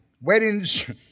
Weddings